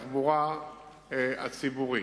התחבורה הציבורית.